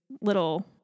little